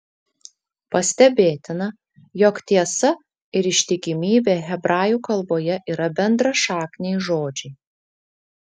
pastebėtina jog tiesa ir ištikimybė hebrajų kalboje yra bendrašakniai žodžiai